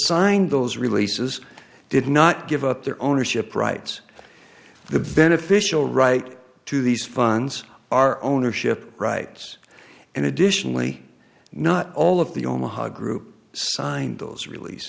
signed those releases did not give up their ownership rights the beneficial right to these funds our ownership rights and additionally not all of the omaha group signed those release